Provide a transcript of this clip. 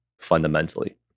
fundamentally